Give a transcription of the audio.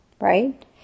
right